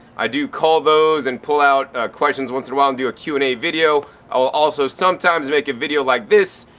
i do call those and pull out questions once in a while and do a q and a video. i'll also sometimes make a video like this,